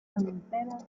anteras